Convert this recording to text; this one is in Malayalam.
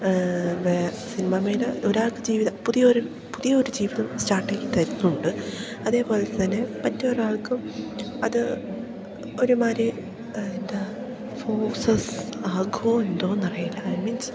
സിനിമ മേഖല ഒരാൾക്ക് ജീവിതം പുതിയ ഒരു പുതിയ ഒരു ജീവിതം സ്റ്റാർട്ട് ആക്കി തരുന്നുണ്ട് അതേപോലെ തന്നെ മറ്റൊരാൾക്കും അത് ഒരുമാതിരി എന്താണ് ഫോസസ് ആകുമോ എന്തോ എന്നറിയില്ല ഐ മീൻസ്